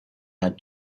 had